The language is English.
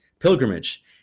pilgrimage